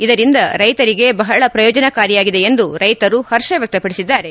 ಇದರಿಂದ ರೈತರಿಗೆ ಬಹಳ ಪ್ರಯೋಜನಕಾರಿಯಾಗಿದೆ ಎಂದು ರೈತರು ಹರ್ಷ ವ್ಯಕ್ತಪಡಿಸಿದ್ದಾರೆ